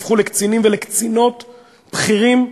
הפכו לקצינים ולקצינות בכירים,